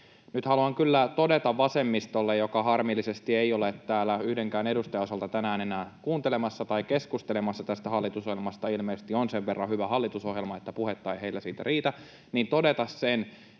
Nyt haluan kyllä todeta vasemmistolle, joka harmillisesti ei ole täällä yhdenkään edustajan osalta tänään enää kuuntelemassa tai keskustelemassa tästä hallitusohjelmasta — ilmeisesti on sen verran hyvä hallitusohjelma, että puhetta ei heillä siitä riitä —, sen,